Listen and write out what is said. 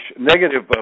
negative